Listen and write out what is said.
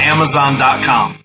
Amazon.com